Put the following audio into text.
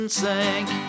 sink